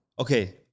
Okay